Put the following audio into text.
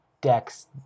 decks